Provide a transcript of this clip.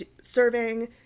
serving